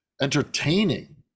entertaining